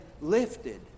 lifted